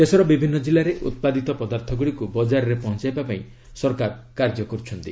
ଦେଶର ବିଭିନ୍ନ ଜିଲ୍ଲାରେ ଉତ୍ପାଦିତ ପଦାର୍ଥଗୁଡ଼ିକୁ ବଜାରରେ ପହଞ୍ଚାଇବା ପାଇଁ ସରକାର କାର୍ଯ୍ୟ କରୁଛନ୍ତି